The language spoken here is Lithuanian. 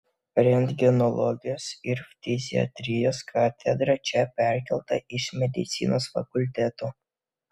rentgenologijos ir ftiziatrijos katedra čia perkelta iš medicinos fakulteto